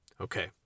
Okay